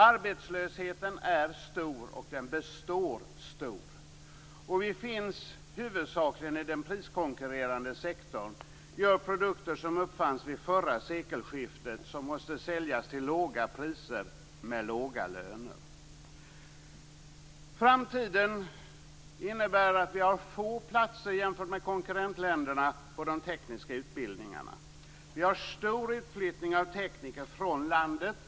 Arbetslösheten är stor, och den fortsätter att vara stor. Vi finns huvudsakligen i den priskonkurrerande sektorn. Det tillverkas produkter som uppfanns vid förra sekelskiftet och som måste säljas till låga priser. Lönerna är låga. Framtiden innebär att det finns få platser jämfört med konkurrentländerna vid de tekniska utbildningarna. Det sker en stor utflyttning av tekniker från landet.